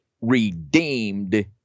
redeemed